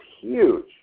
huge